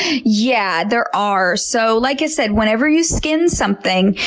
yeah, there are. so, like i said, whenever you skin something,